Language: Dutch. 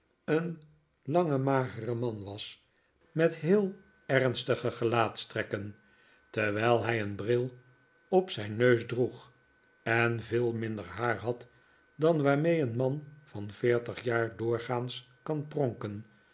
een lange magere man was met heel ernnikola as nickleby stige gelaatstrekken terwijl hij een bril op zijn neus droeg en veel minder haar had dan waarmee een man van veertig jaar doorgaans kan prdnken